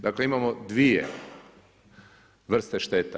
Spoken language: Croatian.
Dakle, imamo dvije vrste šteta.